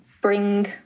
bring